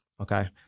Okay